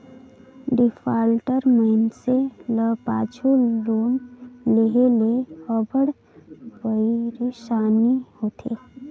defaulter मइनसे ल पाछू लोन लेहे ले अब्बड़ पइरसानी होथे